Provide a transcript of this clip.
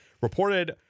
reported